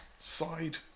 side